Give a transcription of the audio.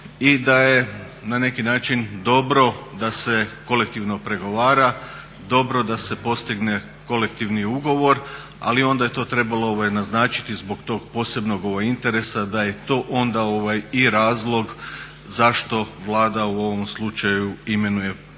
i da je na neki način dobro da se kolektivno pregovara, dobro da se postigne kolektivni ugovor. Ali je onda to trebalo naznačiti zbog tog posebnog interesa da je to onda i razlog zašto Vlada u ovom slučaju imenuje pregovarački